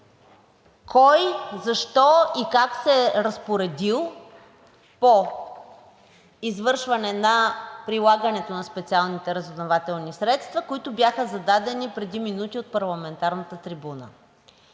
кой, защо и как се е разпоредил по извършване на прилагането на специалните разузнавателни средства, които бяха зададени преди минути от парламентарната трибуна.